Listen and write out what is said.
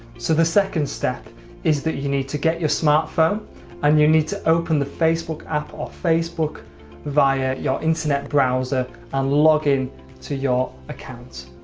so the second step is that you need to get your smartphone and you need to open the facebook app or facebook via your internet browser and log in to your account